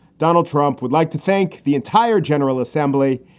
donald trump would like to thank the entire general assembly.